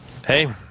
Hey